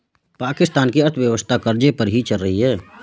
पाकिस्तान की अर्थव्यवस्था कर्ज़े पर ही चल रही है